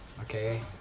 okay